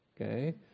Okay